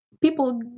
people